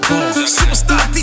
Superstar